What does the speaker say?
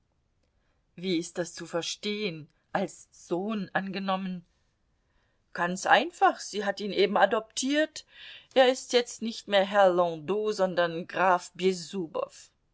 wie ist das zu verstehen als sohn angenommen ganz einfach sie hat ihn eben adoptiert er ist jetzt nicht mehr herr landau sondern graf